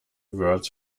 words